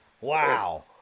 Wow